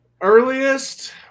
Earliest